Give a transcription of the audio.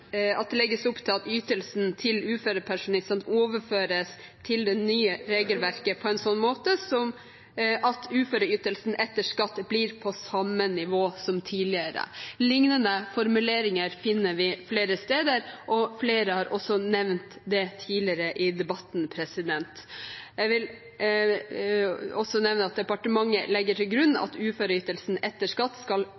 legges opp til at «ytelsen til uførepensjonistene overføres til det nye regelverket på en slik måte at uføreytelsen etter skatt blir på samme nivå som tidligere». Lignende formuleringer finner vi flere steder, og flere har også nevnt det tidligere i debatten. Jeg vil også nevne «departementet legger til grunn at uføreytelsen etter skatt skal